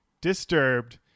Disturbed